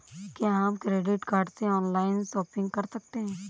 क्या हम credit card से ऑनलाइन शॉपिंग कर सकते हैं?